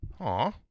Aw